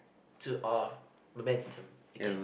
to our momentum again